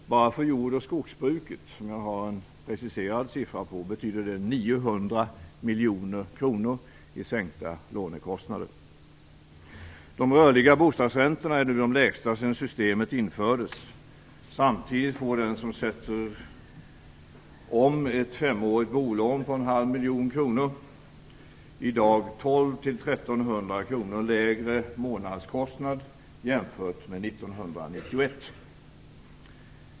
Bara för jord och skogsbruket, som jag har en preciserad siffra för, betyder det 900 miljoner kronor i sänkta lånekostnader. De rörliga bostadsräntorna är nu de lägsta sedan systemet infördes. Samtidigt får den som lägger om ett femårigt bolån på en halv miljon kronor i dag 1 200-1 300 kr lägre månadskostnad jämfört med 1991.